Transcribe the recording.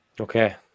Okay